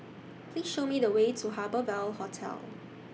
Please Show Me The Way to Harbour Ville Hotel